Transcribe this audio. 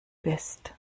bist